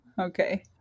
Okay